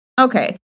Okay